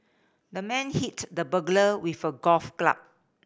the man hit the burglar with a golf club